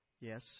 Yes